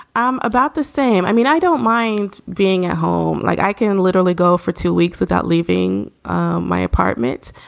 um about the same. i mean, i don't mind being at home like i can literally go for two weeks without leaving my apartment.